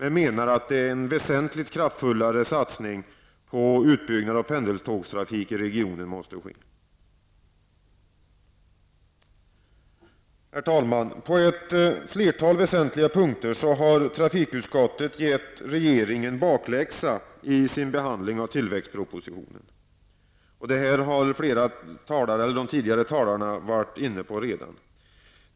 Vi menar att det behövs en väsentligt kraftfullare satsning på en utbyggd pendeltågstrafik i regionen. Herr talman! På ett flertal väsentliga punkter har trafikutskottet vid sin behandling av tillväxtpropositionen som sagt gett regeringen bakläxa.